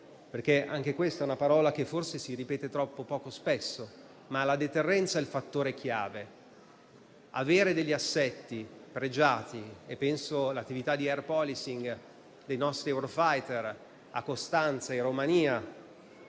deterrenza, una parola che forse si ripete troppo poco spesso. La deterrenza è il fattore chiave, come lo è avere assetti pregiati (penso all'attività di *air policing* dei nostri *Eurofighter* a Costanza, in Romania,